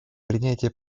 принятие